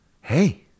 Hey